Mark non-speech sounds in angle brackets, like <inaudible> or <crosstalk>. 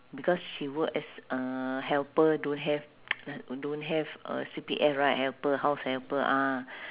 because she work as a helper don't have <breath> don't have a C_P_F right helper house helper ah